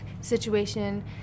situation